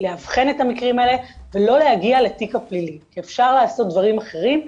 לאבחן את המקרים האלה ולא להגיע לתיק הפלילי כי אפשר לעשות דברים אחרים,